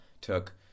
took